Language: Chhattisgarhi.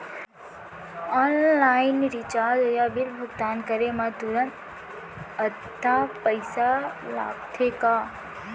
ऑनलाइन रिचार्ज या बिल भुगतान करे मा तुरंत अक्तहा पइसा लागथे का?